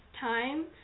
time